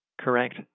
Correct